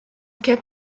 kept